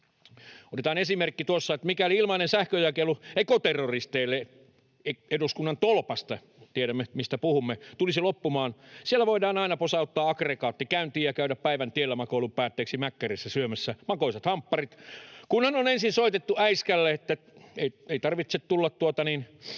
Otetaan esimerkki: mikäli ilmainen sähkönjakelu ekoterroristeille eduskunnan tolpasta — tiedämme, mistä puhumme — tulisi loppumaan, siellä voidaan aina posauttaa aggregaatti käyntiin ja käydä päivän tiellämakoilun päätteeksi Mäkkärissä syömässä makoisat hampparit, kunhan on ensin soitettu äiskälle, että ei tarvitse tulla hakemaan,